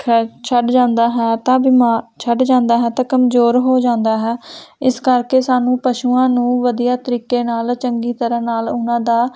ਖਾ ਛੱਡ ਜਾਂਦਾ ਹੈ ਤਾਂ ਬਿਮਾ ਛੱਡ ਜਾਂਦਾ ਹੈ ਤਾਂ ਕਮਜ਼ੋਰ ਹੋ ਜਾਂਦਾ ਹੈ ਇਸ ਕਰਕੇ ਸਾਨੂੰ ਪਸ਼ੂਆਂ ਨੂੰ ਵਧੀਆ ਤਰੀਕੇ ਨਾਲ ਚੰਗੀ ਤਰ੍ਹਾਂ ਨਾਲ ਉਹਨਾਂ ਦਾ